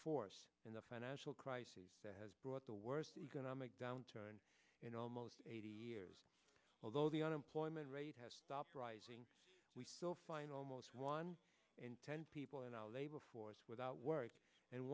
force in the financial crisis that has brought the worst economic downturn in almost eighty years although the unemployment rate has stopped rising we still find almost one in ten people in our labor force without work and